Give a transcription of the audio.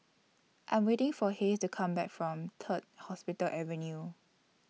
I Am waiting For Hays to Come Back from Third Hospital Avenue